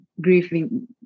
grieving